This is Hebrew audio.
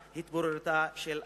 התפוררותה של החברה.